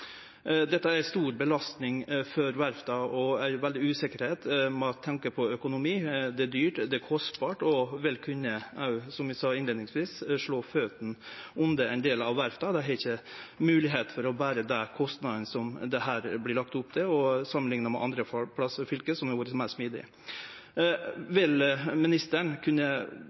Dette er ei stor belastning for verfta og ei veldig usikkerheit med tanke på økonomi. Det er dyrt, kostbart, og vil òg kunne – som eg sa innleiingsvis – slå føtene unna ein del av verfta. Dei har ikkje mogelegheit til å bere dei kostnadene som det her vert lagt opp til, samanlikna med andre plassar i fylket, der ein har vore smidigare. Vil statsråden kunne